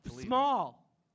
Small